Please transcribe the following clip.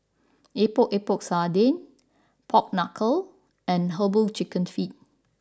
Epok Epok Sardin Pork Knuckle and Herbal Chicken Feet